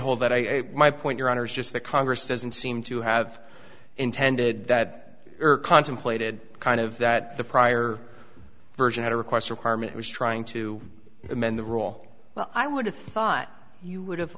hold that i my point your honor is just that congress doesn't seem to have intended that contemplated kind of that the prior version had a request requirement was trying to amend the rule well i would have thought you would have